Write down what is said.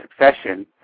succession